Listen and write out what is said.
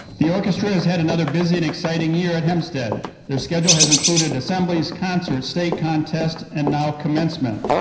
the orchestra has had another busy and exciting year at hempstead. their schedule has included assemblies, concerts, state contests and now commencement.